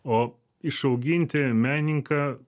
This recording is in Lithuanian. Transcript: o išauginti menininką